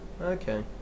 okay